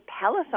palace